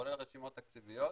כולל רשימות תקציביות,